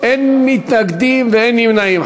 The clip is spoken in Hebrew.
אין מתנגדים ואין נמנעים.